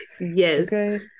Yes